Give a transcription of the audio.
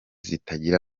zitagira